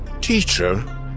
Teacher